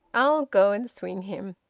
i'll go and swing him.